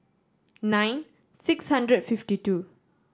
nine six hundred and fifty two